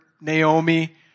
Naomi